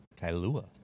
kailua